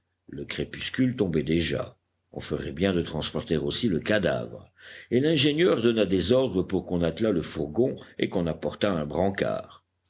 le crépuscule tombait déjà on ferait bien de transporter aussi le cadavre et l'ingénieur donna des ordres pour qu'on attelât le fourgon et qu'on apportât un brancard